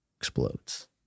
explodes